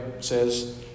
says